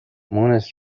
مونس